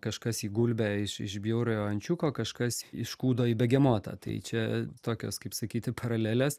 kažkas į gulbę iš iš bjauriojo ančiuko kažkas iš kūdo į begemotą tai čia tokios kaip sakyti paralelės